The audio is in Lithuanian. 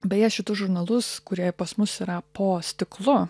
beje šitus žurnalus kurie pas mus yra po stiklu